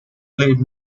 played